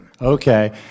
Okay